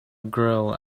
grill